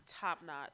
top-notch